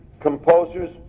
composers